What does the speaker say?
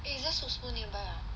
eh is there Soup Spoon nearby ah